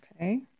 okay